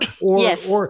Yes